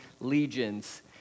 legions